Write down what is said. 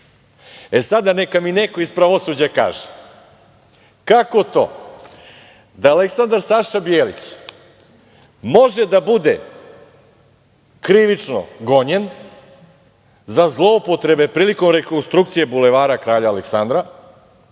sada, neka mi neko iz pravosuđa kaže – kako to da Aleksandar Saša Bijelić može da bude krivično gonjen za zloupotrebe prilikom rekonstrukcije Bulevara kralja Aleksandra,